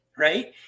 right